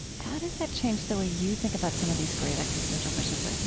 how does that change the way you think about some of these great existential questions or,